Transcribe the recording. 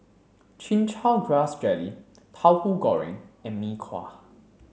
chin chow grass jelly tauhu goreng and mee kuah